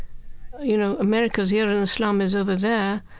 you know, america's here and islam is over there,